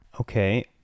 Okay